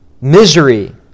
Misery